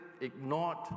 ignored